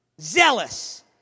Zealous